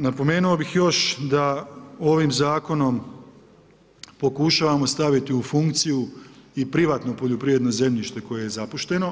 Napomenuo bih još da ovim zakonom pokušavamo staviti u funkciju i privatno poljoprivredno zemljište koje je zapušteno,